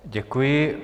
Děkuji.